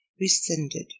rescinded